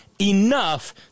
enough